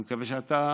אני מקווה שאתה